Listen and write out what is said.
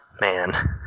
man